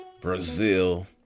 Brazil